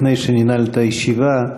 לפני שננעל את הישיבה,